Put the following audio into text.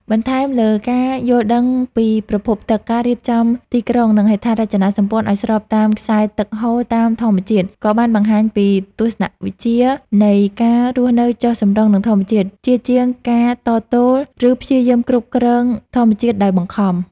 បន្ថែមលើការយល់ដឹងពីប្រភពទឹក ការរៀបចំទីក្រុង និងហេដ្ឋារចនាសម្ព័ន្ធឱ្យស្របតាមខ្សែទឹកហូរតាមធម្មជាតិ ក៏បានបង្ហាញពីទស្សនវិជ្ជានៃ ការរស់នៅចុះសម្រុងនឹងធម្មជាតិ ជាជាងការតទល់ ឬព្យាយាមគ្រប់គ្រងធម្មជាតិដោយបង្ខំ។